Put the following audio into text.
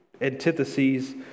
antitheses